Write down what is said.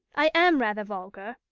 i am rather vulgar,